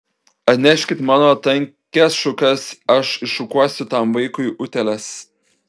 atneškit mano tankias šukas aš iššukuosiu tam vaikui utėles